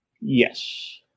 Yes